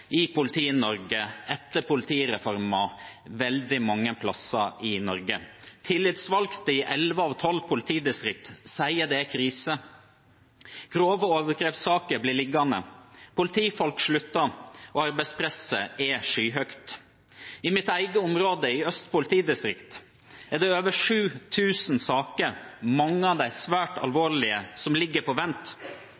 i Politi-Norge etter politireformen veldig mange plasser i Norge. Tillitsvalgte i elleve av tolv politidistrikt sier det er krise. Grove overgrepssaker blir liggende, politifolk slutter, og arbeidspresset er skyhøyt. I mitt eget område, i Øst politidistrikt, er det over 7 000 saker, mange av dem svært